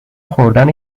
خوردن